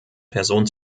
person